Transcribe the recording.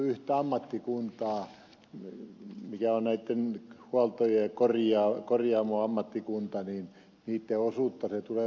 yhden ammattikunnan mikä on huolto ja korjaus korjaamoammattikuntadin hikeosuutta ei tule